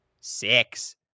Six